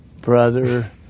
brother